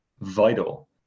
vital